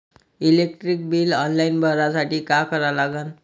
Electric bill online भरासाठी का करा लागन?